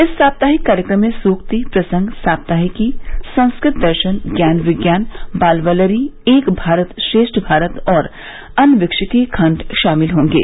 इस साप्ताहिक कार्यक्रम में सूक्ति प्रसंग साप्ताहिकी संस्कृ त दर्शन ज्ञान विज्ञान बाल वल्लरी एक भारत श्रेष्ठ भारत और अनविक्षिकी खंड शामिल होंगे